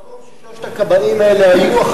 שמעתי שבמקום ששלושת הכבאים האלה היו,